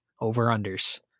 over-unders